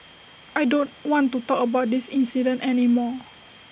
I don't want to talk about this incident any more